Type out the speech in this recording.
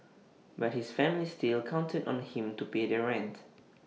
but his family still counted on him to pay their rent